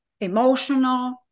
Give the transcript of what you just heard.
emotional